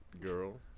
Girl